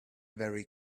very